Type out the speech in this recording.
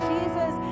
Jesus